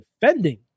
defending